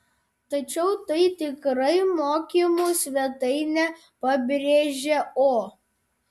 tačiau tai tikrai mokymų svetainė pabrėžė o